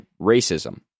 racism